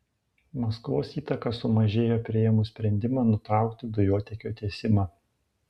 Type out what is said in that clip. maskvos įtaka sumažėjo priėmus sprendimą nutraukti dujotiekio tiesimą